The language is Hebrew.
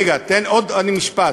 רגע, תן עוד משפט.